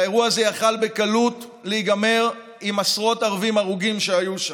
והאירוע הזה יכול היה להיגמר בקלות עם עשרות ערבים הרוגים שהיו שם.